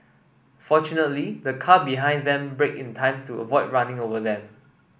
fortunately the car behind them braked in time to avoid running them over